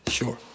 sure